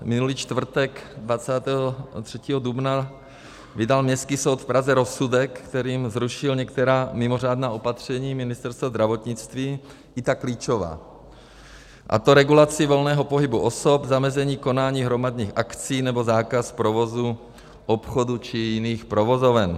Minulý čtvrtek 23. dubna vydal Městský soud v Praze rozsudek, kterým zrušil některá mimořádná opatření Ministerstva zdravotnictví, i ta klíčová, a to regulaci volného pohybu osob, zamezení konání hromadných akcí nebo zákaz provozu obchodů či jiných provozoven.